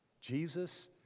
Jesus